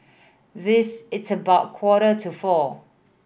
this its about quarter to four